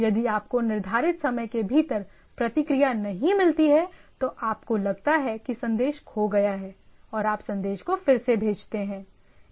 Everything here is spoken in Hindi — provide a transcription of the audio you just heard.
यदि आपको निर्धारित समय के भीतर प्रतिक्रिया नहीं मिलती है तो आपको लगता है कि संदेश खो गया है और आप संदेश को फिर से भेजते हैं